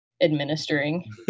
Administering